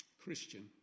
Christian